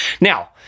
Now